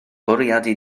bwriadu